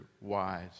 wise